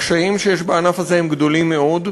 הקשיים שיש בענף הזה הם גדולים מאוד,